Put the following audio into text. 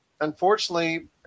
unfortunately